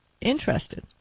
interested